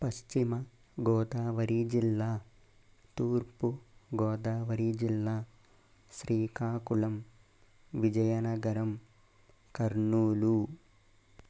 పశ్చిమ గోదావరి జిల్లా తూర్పు గోదావరి జిల్లా శ్రీకాకుళం విజయనగరం కర్నూలు